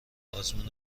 آزمون